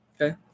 okay